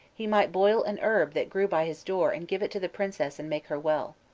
he might boil an herb that grew by his door and give it to the princess and make her well.